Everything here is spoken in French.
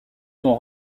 sont